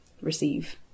receive